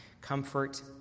comfort